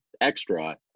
extra